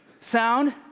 sound